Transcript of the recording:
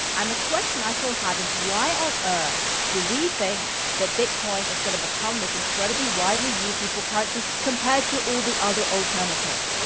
and the question i still have is why on earth do we think that bitcoin is going to become this incredibly, widely-used useful currency compared to all the other alternatives?